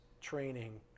training